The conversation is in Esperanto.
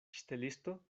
ŝtelisto